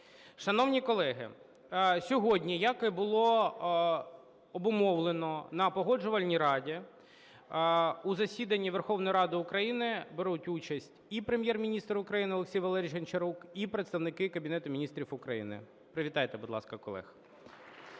Шановні колеги, сьогодні, як і було обумовлено на Погоджувальній раді, у засіданні Верховної Ради України беруть участь і Прем'єр-міністр України Олексій Валерійович Гончарук, і представники Кабінету Міністрів України. Привітайте, будь ласка, колег.